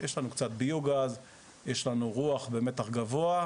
יש לנו קצת ביו-גז, יש לנו רוח במתח גבוה,